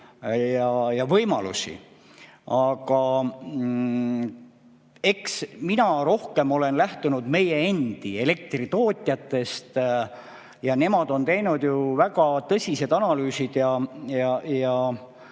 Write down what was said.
ja võimalusi. Aga eks mina olen rohkem lähtunud meie endi elektritootjatest ja nemad on teinud ju väga tõsised analüüsid.